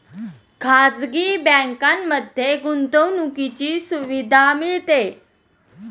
खाजगी बँकांमध्ये गुंतवणुकीची सुविधा मिळते